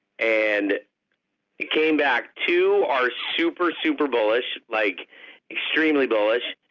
and it came back two are super, super bullish, like extremely bullish.